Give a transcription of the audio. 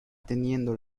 teniendo